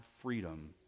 freedom